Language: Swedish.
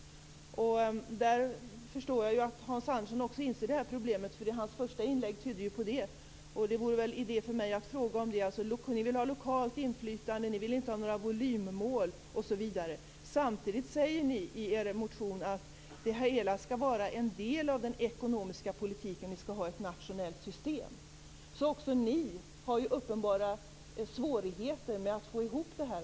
Jag förstår att Hans Andersson också inser det här problemet. Hans första inlägg tydde på det. Men ni vill ju ha lokalt inflytande, ni vill inte ha några volymmål osv., samtidigt som ni i er motion säger att det hela skall vara en del av den ekonomiska politiken och att vi skall ha ett nationellt system. Också ni har alltså uppenbara svårigheter med att få ihop det här.